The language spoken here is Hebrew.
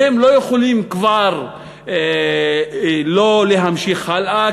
והם כבר לא יכולים לא להמשיך הלאה,